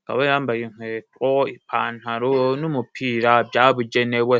akaba yambaye inkweto, ipantaro n'umupira byabugenewe.